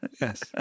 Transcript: Yes